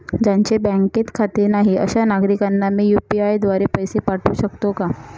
ज्यांचे बँकेत खाते नाही अशा नागरीकांना मी यू.पी.आय द्वारे पैसे पाठवू शकतो का?